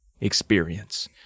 experience